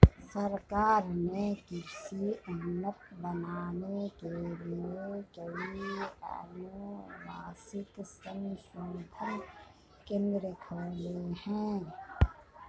सरकार ने कृषि को उन्नत बनाने के लिए कई अनुवांशिक संशोधन केंद्र खोले हैं